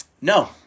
No